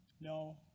No